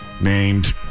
named